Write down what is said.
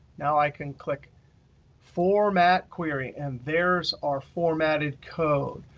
now i can click format query, and there's our formatted code.